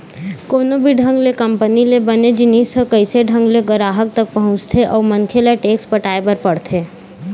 कोनो भी ढंग ले कंपनी ले बने जिनिस ह कइसे ढंग ले गराहक तक पहुँचथे अउ मनखे ल टेक्स पटाय बर पड़थे